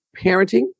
parenting